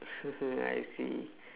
I see